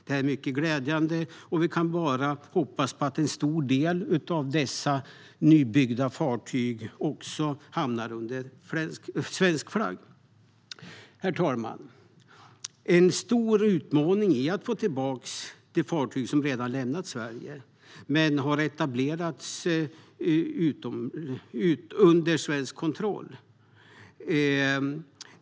Det är mycket glädjande, och vi kan hoppas att en stor del av dessa nybyggda fartyg hamnar under svensk flagg. Herr talman! En stor utmaning är att få tillbaka de fartyg som redan har lämnat Sverige men etablerats under svensk kontroll.